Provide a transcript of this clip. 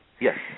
yes